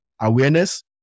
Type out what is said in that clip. awareness